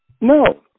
No